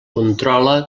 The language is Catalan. controla